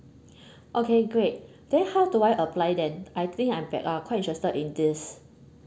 okay great then how do I apply then I think I'm uh quite interested in this